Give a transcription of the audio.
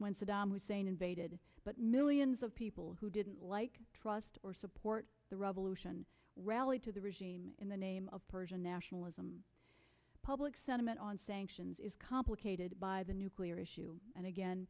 when saddam hussein invaded but millions of people who didn't like trust or support the revolution rallied to the regime in the name of persian nationalism public sentiment on sanctions is complicated by the nuclear issue and again